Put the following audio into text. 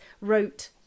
Wrote